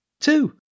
Two